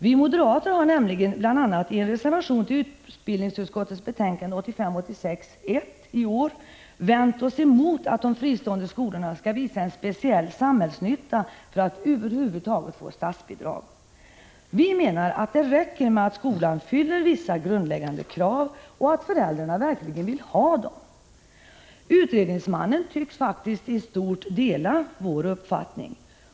Vi moderater har nämligen — bl.a. i en reservation till utbildningsutskottets betänkande 1985/86:1 — vänt oss emot utskottets åsikt att de fristående skolorna skall visa en speciell samhällsnytta för att över huvud taget få statsbidrag. Det skall tvärtom räcka med att skolan uppfyller vissa grundvillkor och att föräldrarna verkligen vill ha den! Utredaren tycks också i stort dela vår uppfattning.